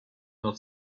not